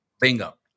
Bingo